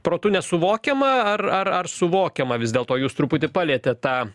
protu nesuvokiama ar ar ar suvokiama vis dėlto jūs truputį palietėt tą